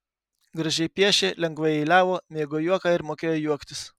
gražiai piešė lengvai eiliavo mėgo juoką ir mokėjo juoktis